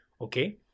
Okay